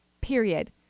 period